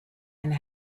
and